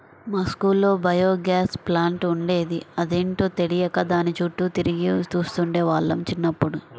మా స్కూల్లో biogas plant ఉండేది, అదేంటో తెలియక దాని చుట్టూ తిరిగి చూస్తుండే వాళ్ళం చిన్నప్పుడు